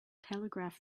telegraph